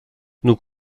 nous